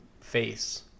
Face